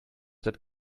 that